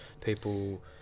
people